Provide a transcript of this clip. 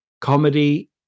comedy